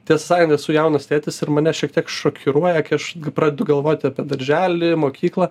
tiesą sakant esu jaunas tėtis ir mane šiek tiek šokiruoja kai aš pradedu galvoti apie darželį mokyklą